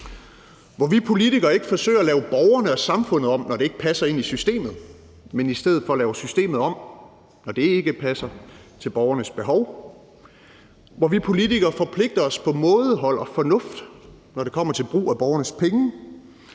hvor vi politikere ikke forsøger at lave borgerne og samfundet om, når det ikke passer ind i systemet, men i stedet for laver systemet om, når det ikke passer til borgernes behov; hvor vi politikere forpligter os på mådehold og fornuft, når det kommer til brug af borgernes penge;